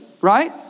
right